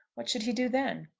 what should he do then?